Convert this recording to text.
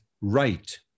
right